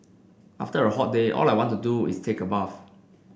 after a hot day all I want to do is take a bath